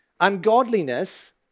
Ungodliness